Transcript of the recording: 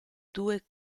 due